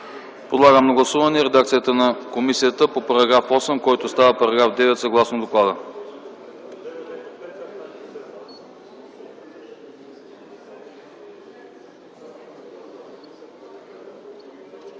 Подлагам на гласуване редакцията на комисията по § 7, който става § 8 съгласно доклада.